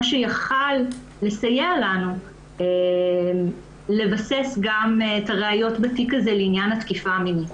מה שיכל לסייע לנו לבסס גם את הראיות בתיק הזה לעניין התקיפה המינית.